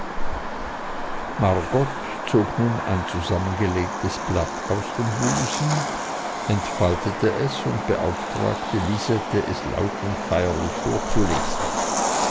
margot zog nun ein zusammengelegtes blatt aus dem busen entfaltete es und beauftragte lisette es laut und feierlich vorzulesen